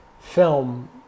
film